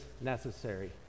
necessary